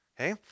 okay